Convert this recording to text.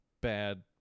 bad